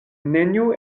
neniu